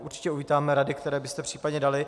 Určitě uvítáme rady, které byste případně dali.